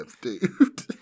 Dude